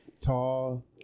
Tall